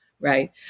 right